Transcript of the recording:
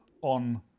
on